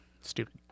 Stupid